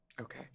Okay